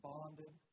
Bonded